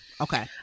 Okay